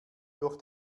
durch